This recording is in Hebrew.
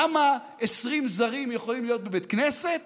למה 20 זרים יכולים להיות בבית כנסת